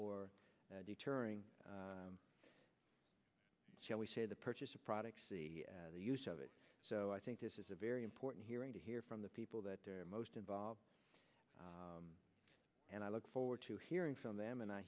or deterring shall we say the purchase of products the use of it so i think this is a very important hearing to hear from the people that are most involved and i look forward to hearing from them and i